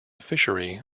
fishery